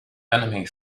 enemy